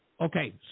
Okay